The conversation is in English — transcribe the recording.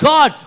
God